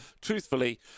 truthfully